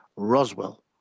roswell